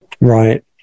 right